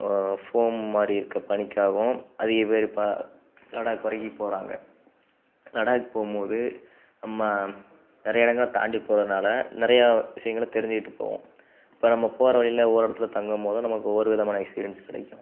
foam மாதிரி இருக்கற பனிக்காகவும் அதிக பேர் இப்போ லடாக் வரைக்கு போகிறாங்க லடாக் போகும்போது நம்ம நிறைய இடங்கள தாண்டி போகிறதுனால நிறைய விஷயங்களை தெரிஞ்சுக்கிட்டு போவோம் இப்போ நம்ம போகிற வழியில ஒவ்வொரு இடத்துல தங்கும்போதும் நமக்கு ஒவ்வொரு விதமான எக்ஸ்பீரியன்ஸ் கிடைக்கும்